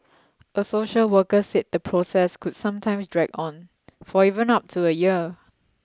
a social worker said the process could sometimes drag on for even up to a year